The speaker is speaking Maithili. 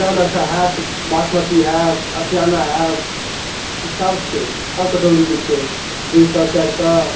सेवन एस्टार हैत बासमती हैत असिआना हैत सब छै सब केटेगरीके छै दुइ सओ चारि सओ